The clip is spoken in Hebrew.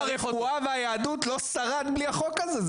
באמת, עולם הרפואה והיהדות לא שרד בלי החוק הזה.